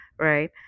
right